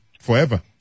forever